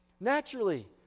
Naturally